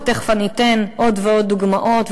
ותכף אני אתן עוד ועוד דוגמאות,